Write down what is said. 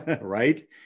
right